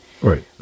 Right